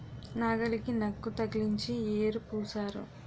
నాగలికి నక్కు తగిలించి యేరు పూశారు